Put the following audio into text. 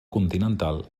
continental